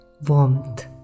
warmth